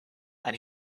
and